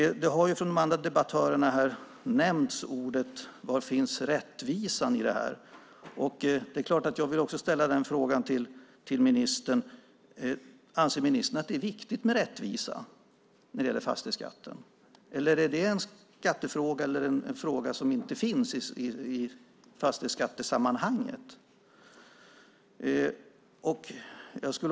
Från de andra debattörerna har det frågats var rättvisan i det här finns. Det är klart att också jag vill fråga om ministern anser att det är viktigt med rättvisa när det gäller fastighetsskatten. Eller är det en fråga som inte finns i fastighetsskattesammanhang?